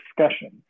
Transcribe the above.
discussion